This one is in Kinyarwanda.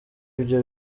ibyo